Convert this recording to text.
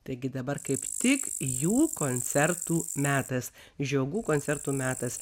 taigi dabar kaip tik jų koncertų metas žiogų koncertų metas